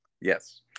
Yes